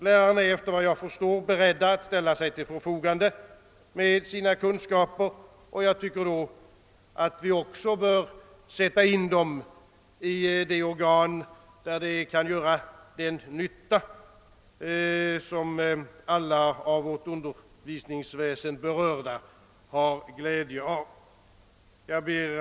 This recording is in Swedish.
Lärarna är, efter vad jag förstår, beredda att ställa sig till förfogande med sina kunskaper, och jag tycker då att vi också bör sätta in dem i det organ där de kan göra den nytta som alla av vårt undervisningsväsende berörda har glädje av. Herr talman!